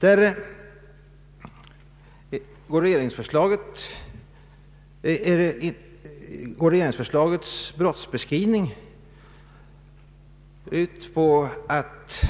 Där går regeringsförslagets brottsbeskrivning ut på att